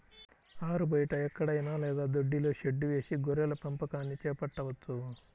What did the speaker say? ఆరుబయట ఎక్కడైనా లేదా దొడ్డిలో షెడ్డు వేసి గొర్రెల పెంపకాన్ని చేపట్టవచ్చు